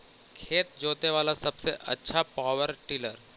खेत जोते बाला सबसे आछा पॉवर टिलर?